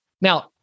Now